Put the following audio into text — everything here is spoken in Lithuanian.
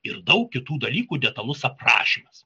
ir daug kitų dalykų detalus aprašymas